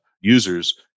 users